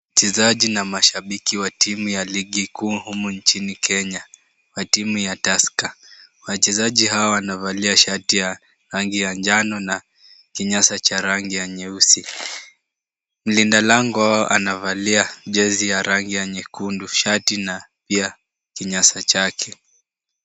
Wachezaji na mashabiki wa timu ya ligi Kuu humu nchini Kenya, wa timu ya Tasker, wachezaji hawa wanavalia shati ya rangi ya njano na kinyasa cha rangi ya nyeusi. Mlinda lango anavalia jezi ya rangi ya nyekundu, shati na pia kinyasa chake.